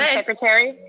ah secretary?